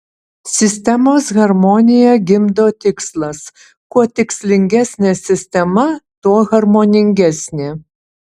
sistemos harmoniją gimdo tikslas kuo tikslingesnė sistema tuo harmoningesnė